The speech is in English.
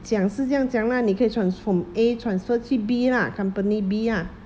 讲是这样讲 lah 你可以 trans~ from A transfer 去 B lah company B lah